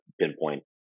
pinpoint